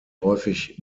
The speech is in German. häufig